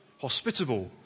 hospitable